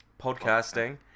podcasting